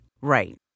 Right